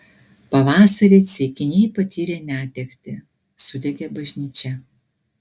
pavasarį ceikiniai patyrė netektį sudegė bažnyčia